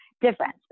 difference